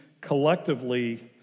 collectively